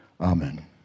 Amen